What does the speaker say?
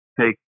take